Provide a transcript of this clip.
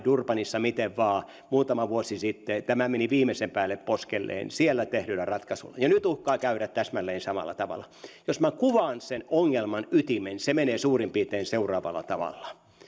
durbanissa muutama vuosi sitten tämä meni viimeisen päälle poskelleen siellä tehdyllä ratkaisulla ja nyt uhkaa käydä täsmälleen samalla tavalla jos kuvaan sen ongelman ytimen se menee suurin piirtein seuraavalla tavalla kun tapahtuu